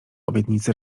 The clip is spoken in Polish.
obietnicy